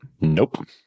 Nope